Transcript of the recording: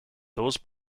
those